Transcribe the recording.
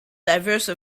diverse